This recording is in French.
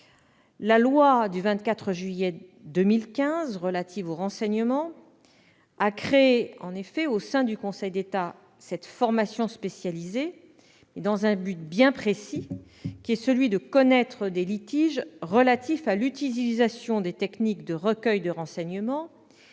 La loi du 24 juillet 2015 relative au renseignement a créé, en effet, au sein du Conseil d'État, cette formation spécialisée, dans un but bien précis, qui est de connaître des litiges relatifs à l'utilisation des techniques de recueil de renseignements